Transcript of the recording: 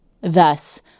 Thus